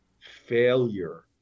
failure